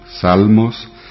Salmos